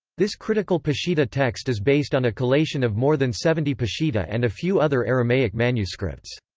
this critical peshitta text is based on a collation of more than seventy peshitta and a few other aramaic manuscripts.